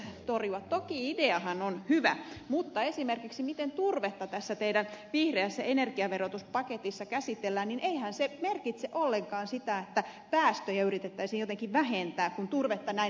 toki ideahan on hyvä mutta esimerkiksi se miten turvetta tässä teidän vihreässä energiaverotuspaketissanne käsitellään ei merkitse ollenkaan sitä että päästöjä yritettäisiin jotenkin vähentää kun turvetta näin lempeästi kohdellaan